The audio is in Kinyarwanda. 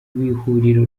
w’ihuriro